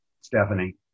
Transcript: Stephanie